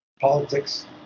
politics